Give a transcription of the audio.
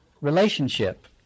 relationship